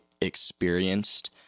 experienced